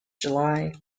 july